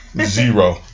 zero